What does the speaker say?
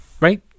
Right